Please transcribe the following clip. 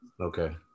Okay